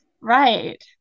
right